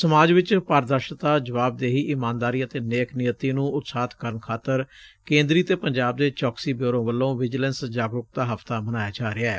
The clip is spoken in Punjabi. ਸਮਾਜ ਵਿਚ ਪਾਰਦਰਸ਼ਤਾ ਜਵਾਬਦੇਹੀ ਇਮਾਨਦਾਰੀ ਅਤੇ ਨੇਕਨੀਅਤੀ ਨੂੰ ਉਤਸ਼ਾਹਿਤ ਕਰਨ ਖਾਤਰ ਕੇਂਦਰੀ ਤੇ ਪੰਜਾਬ ਦੇ ਚੌਕਸੀ ਬਿਓਰੋ ਵਲੋਂ ਵਿਜੀਲੈਂਸ ਜਾਗਰੂਕਤਾ ਹਫ਼ਤਾ ਮਨਾਇਆ ਜਾ ਰਿਹੈ